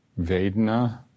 vedna